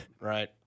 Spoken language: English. Right